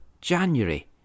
January